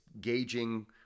gauging